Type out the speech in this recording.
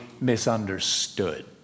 misunderstood